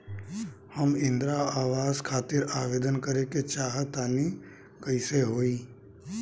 हम इंद्रा आवास खातिर आवेदन करे क चाहऽ तनि कइसे होई?